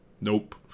Nope